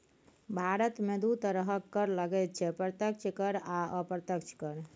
भारतमे दू तरहक कर लागैत छै प्रत्यक्ष कर आ अप्रत्यक्ष कर